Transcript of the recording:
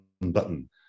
button